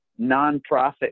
nonprofit